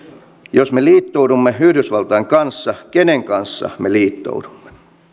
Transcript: jos me liittoudumme yhdysvaltain kanssa kenen kanssa me liittoudumme